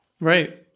Right